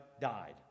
Died